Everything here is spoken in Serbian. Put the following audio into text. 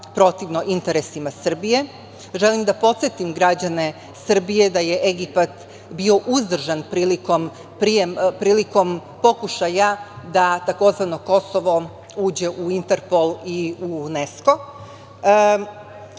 protivno interesima Srbije. Želim da podsetim građane Srbije da je Egipat bio uzdržan prilikom pokušaja da tzv. Kosovo uđe u Interpol i u UNESKO.Takođe